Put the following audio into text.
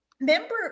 member